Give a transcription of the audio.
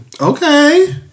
Okay